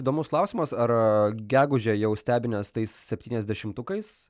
įdomus klausimas ar gegužę jau stebinęs tais septyniasdešimtukais